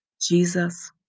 Jesus